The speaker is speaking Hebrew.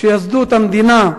כשיסדו את המדינה,